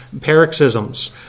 paroxysms